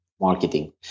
Marketing